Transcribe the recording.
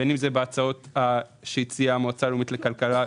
בין אם על פי ההצעות של המועצה הלאומית לכלכלה,